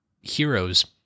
heroes